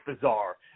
bizarre